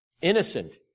Innocent